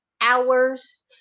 hours